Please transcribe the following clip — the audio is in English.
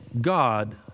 God